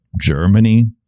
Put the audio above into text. Germany